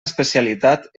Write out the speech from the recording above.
especialitat